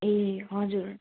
ए हजुर